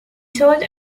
toured